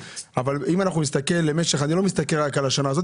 אני לא מסתכל רק על השנה הזאת,